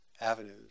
avenues